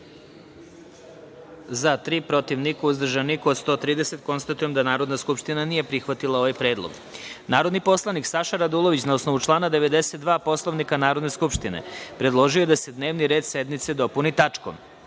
od 131 narodnog poslanika. Konstatujem da Narodna skupština nije prihvatila ovaj predlog. Narodni poslanik Saša Radulović, na osnovu člana 92. Poslovnika Narodne skupštine, predložio je da se dnevni red sednice dopuni tačkom